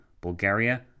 Bulgaria